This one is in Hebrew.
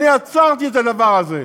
אני עצרתי את הדבר הזה,